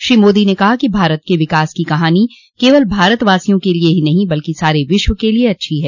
श्री मोदी ने कहा कि भारत के विकास की कहानी केवल भारतवासियों के लिए ही नहीं बल्कि सारे विश्व के लिए अच्छी है